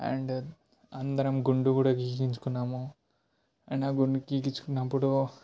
and అందరము గుండు కూడా గీయించుకున్నాము అండ్ ఆ గుండు గీకిచ్చుకున్నప్పుడు